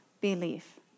belief